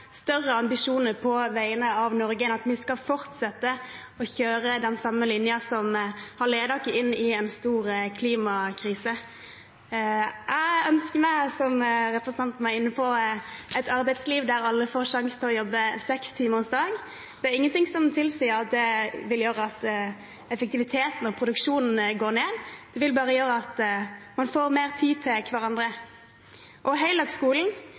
større ambisjoner på vegne av Norge enn at vi skal fortsette å kjøre den samme linjen som har ledet oss inn i en stor klimakrise. Jeg ønsker meg, som representanten var inne på, et arbeidsliv der alle får sjanse til å jobbe sekstimersdag. Ingenting tilsier at effektiviteten og produksjonen vil gå ned, men bare gjøre at vi får mer tid til hverandre. Heldagsskolen vil gjøre at ungene får lære på en bedre og